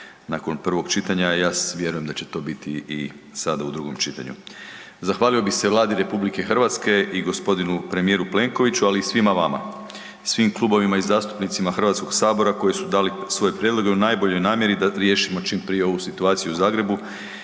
nakon prvog čitanja, a vjerujem da će to biti i sada u drugom čitanju. Zahvalio bih se Vladi RH i gospodinu premijeru Plenkovića, ali i svima vama, svim klubovima i zastupnicima HS-a koji su dali svoje prijedloge u najboljoj namjeri da riješimo čim prije ovu situaciju u Zagrebu